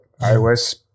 iOS